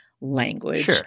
language